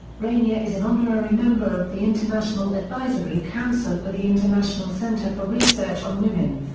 rania is an honorary member of the international advisory council for the international center for research on women.